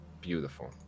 beautiful